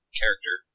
character